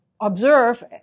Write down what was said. observe